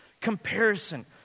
comparison